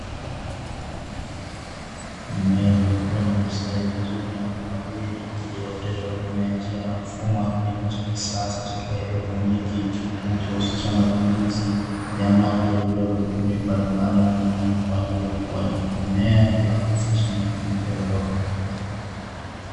Mimea iliyokuwa na kustawi vizuri na kunawiri iliyoteshwa huduma ya njia na mfumo wa kilimo cha kisasa cha haidroponi, kinachohusisha matumizi ya maji yaliyorutubisho mbalimbali na muhimu kwa ajili ya ukuaji wa mimea bila kuhusisha matumizi ya udongo.